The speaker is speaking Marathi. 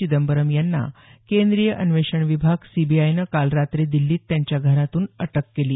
चिदंबरम यांना केन्द्रीय अन्वेषण विभाग सीबीआयनं काल रात्री दिल्लीत त्यांच्या घरातून अटक केली